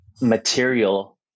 material